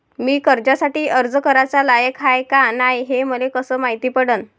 मी कर्जासाठी अर्ज कराचा लायक हाय का नाय हे मले कसं मायती पडन?